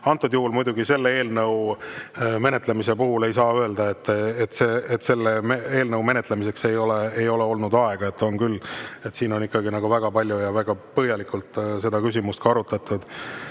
Antud juhul muidugi selle eelnõu menetlemise puhul ei saa öelda, et selleks ei ole olnud aega. On küll. Siin on väga palju ja väga põhjalikult seda küsimust arutatud.